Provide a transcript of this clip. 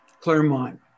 Claremont